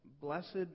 Blessed